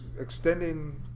extending